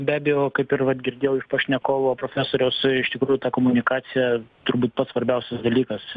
be abejo kaip ir vat girdėjau iš pašnekovo profesoriaus iš tikrųjų ta komunikacija turbūt pats svarbiausias dalykas